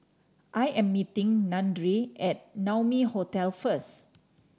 I am meeting Dandre at Naumi Hotel first